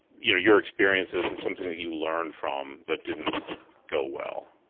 you know your experiences and something that you learned from that didn't go well